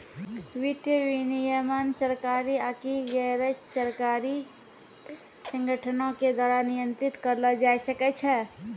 वित्तीय विनियमन सरकारी आकि गैरसरकारी संगठनो के द्वारा नियंत्रित करलो जाय सकै छै